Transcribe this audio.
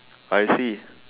I see